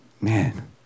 man